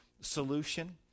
solution